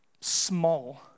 small